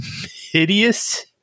hideous